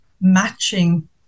matching